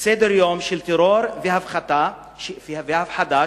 סדר-יום של טרור והפחדה שיצליחו.